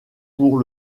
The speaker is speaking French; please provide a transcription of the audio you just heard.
pour